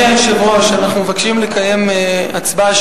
ההסתייגות הראשונה של קבוצת סיעת קדימה לסעיף